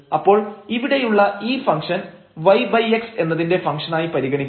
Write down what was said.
അപ്പോൾ ഇവിടെയുള്ള ഈ ഫംഗ്ഷൻ yx എന്നതിന്റെ ഫംഗ്ഷനായി പരിഗണിക്കാം